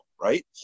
right